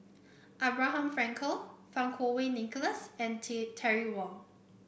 Abraham Frankel Fang Kuo Wei Nicholas and Tin Terry Wong